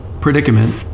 predicament